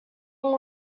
long